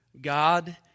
God